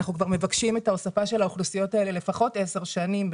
אנחנו כבר מבקשים את ההוספה של האוכלוסיות האלה לפחות 10 שנים.